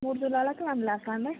మూడు తులాలకు వన్ ల్యాకా అండి